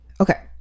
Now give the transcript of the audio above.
Okay